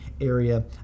area